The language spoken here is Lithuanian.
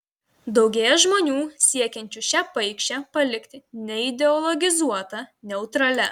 daugėja žmonių siekiančių šią paikšę palikti neideologizuota neutralia